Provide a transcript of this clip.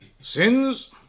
Sins